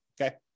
okay